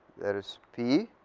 there is p,